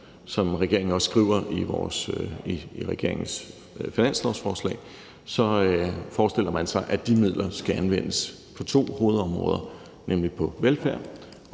som regeringen også skriver i regeringens finanslovsforslag, forestiller man sig, at de midler skal anvendes på to hovedområder, nemlig på velfærd og